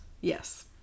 Yes